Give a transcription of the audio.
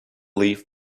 leave